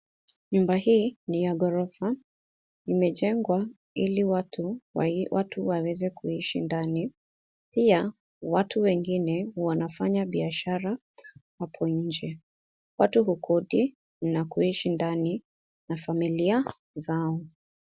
Nyumba hii ni ya ghorofa. Imejengwa ili watu watu waweze kuishi ndani. Pia, watu wengine wanafanya biashara hapo nje. Watu hukodi na kuishi ndani na familia zao.